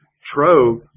Trove